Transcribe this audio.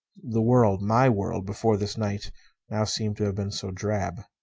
the world my world before this night now seemed to have been so drab.